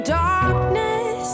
darkness